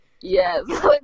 yes